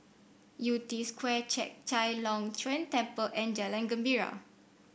Yew Tee Square Chek Chai Long Chuen Temple and Jalan Gembira